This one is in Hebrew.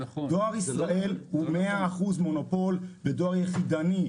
דואר ישראל הוא 100 אחוזים מונופול בדואר יחידני,